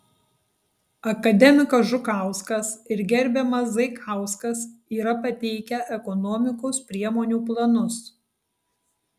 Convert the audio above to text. akademikas žukauskas ir gerbiamas zaikauskas yra pateikę ekonomikos priemonių planus